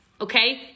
Okay